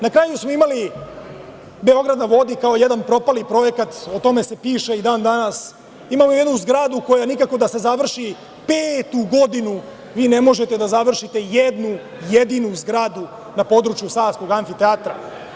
Na kraju smo imali „Beograd na vodi“, kao jedan propali projekat, o tome se piše i dan danas, imamo jednu zgradu koja nikako da se završi, petu godinu vi ne možete da završite jednu jedinu zgradu na području savskog amfiteatra.